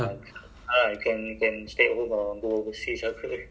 oh ya ah stan~ standard meeting ah kan